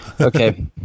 Okay